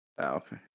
Okay